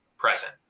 Present